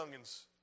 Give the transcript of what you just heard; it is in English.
youngins